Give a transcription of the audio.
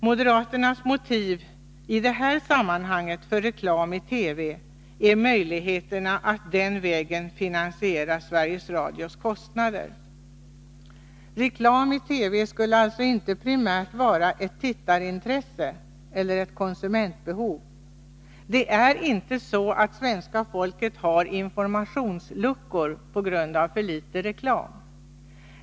Moderaternas motiv i detta sammanhang för reklam i TV är möjligheterna att den vägen finansiera Sveriges Radios kostnader. Reklam i TV skulle alltså inte primärt vara ett tittarintresse eller ett konsumentbehov. Men det är inte så att svenska folket har informationsluckor på grund av för litet reklam.